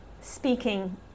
speaking